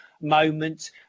moment